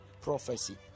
prophecy